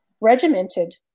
regimented